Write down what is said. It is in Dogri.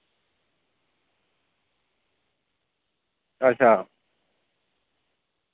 अच्छा